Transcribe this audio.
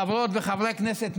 חברות וחברי הכנסת,